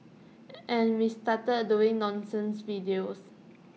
and we started doing nonsense videos